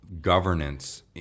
governance